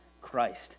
Christ